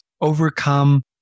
overcome